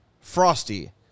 frosty